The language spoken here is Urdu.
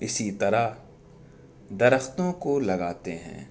اسی طرح درختوں کو لگاتے ہیں